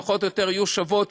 פחות או יותר יהיו שוות,